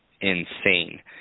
insane